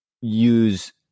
use